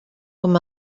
com